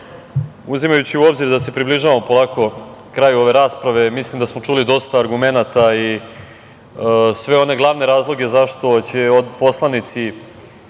uzimajući u obzir da se približavamo polako kraju ove rasprave, mislim da smo čuli dosta argumenata i sve one glavne razloge zašto će poslanici